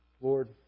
Lord